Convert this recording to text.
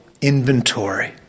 inventory